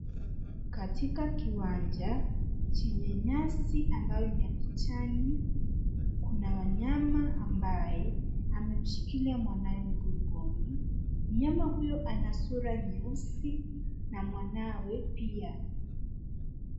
Katika kiwanja chenye nyasi ambayo ni kijani kuna mnyama ambaye amemshikilia mwanawe mgongoni mnyama huyo ana sura nyesi na mwanawe pia.